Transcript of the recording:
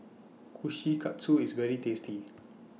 Kushikatsu IS very tasty